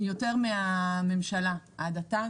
יותר מהממשלה עד עתה.